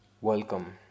welcome